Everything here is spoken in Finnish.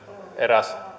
eräs